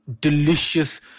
delicious